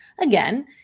again